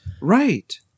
Right